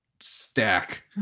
stack